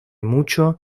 mucho